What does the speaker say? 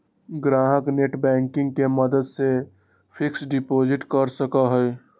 ग्राहक नेटबैंकिंग के मदद से फिक्स्ड डिपाजिट कर सका हई